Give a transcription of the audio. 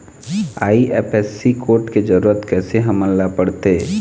IFSC code के जरूरत कैसे हमन ला पड़थे?